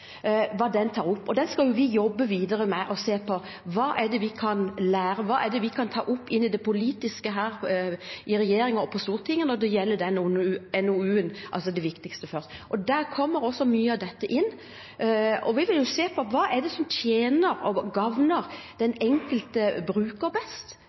tar opp. Den skal vi jobbe videre med, se på hva vi kan lære, og se på hva vi kan ta opp i det politiske her i regjeringen og på Stortinget når det gjelder NOU-en Det viktigste først. Der kommer mye av dette inn. Vi vil se på hva som tjener og gagner den enkelte bruker best. Det må være det viktigste både for representanten og for oss som sitter i regjering. Hvordan kan vi ivareta den enkelte bruker best?